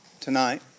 tonight